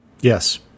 Yes